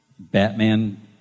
Batman